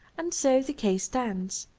and so the case stands.